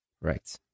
Right